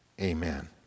Amen